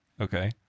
Okay